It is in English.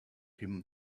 him